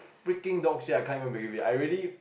freaking dog shit I can't even believe it I already